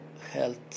health